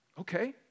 okay